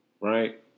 right